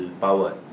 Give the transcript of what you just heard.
power